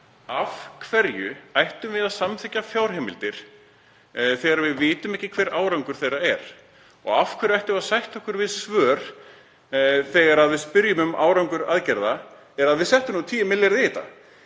Af hverju ættum við að samþykkja fjárheimildir þegar við vitum ekki hver árangur þeirra er? Og af hverju ættum við að sætta okkur við svör, þegar við spyrjum um árangur aðgerða, á borð við: Við settum 10 milljarða í þetta.